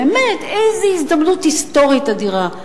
באמת, איזו הזדמנות היסטורית אדירה.